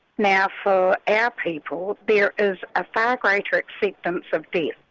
now for our people there is a far greater acceptance of death.